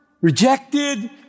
rejected